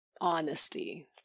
honesty